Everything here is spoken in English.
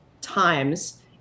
times